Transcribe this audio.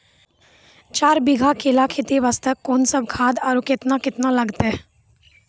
चार बीघा केला खेती वास्ते कोंन सब खाद आरु केतना केतना लगतै?